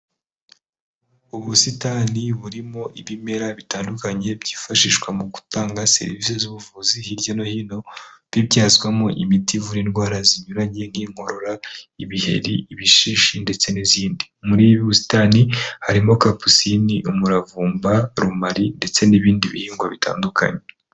Ubusitani burimo ibimera bitandukanye byifashishwa mu gutanga serivisi z'ubuvuzi hirya no hino, bibyazwamo imiti ivura indwara zinyuranye nk'inkorora, ibiheri, ibishishi ndetse n'izindi, muri ubu busitani harimo kapucine ,umuravumba, rumari ndetse n'ibindi bihingwa bitandukanye.